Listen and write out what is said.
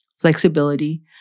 flexibility